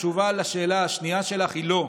התשובה לשאלה השנייה שלך היא לא.